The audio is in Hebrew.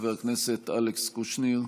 חבר הכנסת אלכס קושניר,